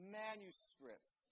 manuscripts